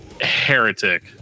Heretic